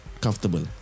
Comfortable